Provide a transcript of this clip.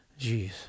Jeez